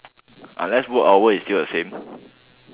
unless work hour is still the same